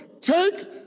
Take